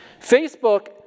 Facebook